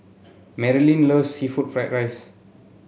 Marylin loves seafood Fried Rice